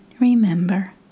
remember